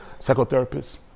psychotherapists